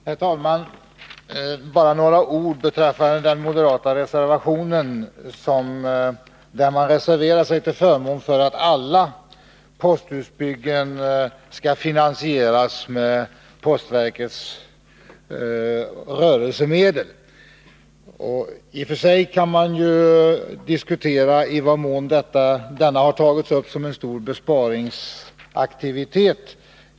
Herr talman! Bara några ord beträffande den moderata reservationen, där man reserverar sig till förmån för att alla posthusbyggen skall finansieras med postverkets rörelsemedel. I och för sig kan det diskuteras i vad mån detta har tagits upp som en stor besparingsaktivitet.